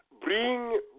bring